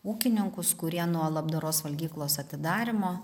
ūkininkus kurie nuo labdaros valgyklos atidarymo